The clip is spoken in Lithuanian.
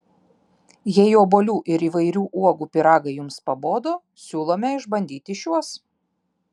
jei obuolių ir įvairių uogų pyragai jums pabodo siūlome išbandyti šiuos